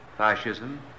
fascism